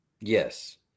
yes